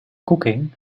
cooking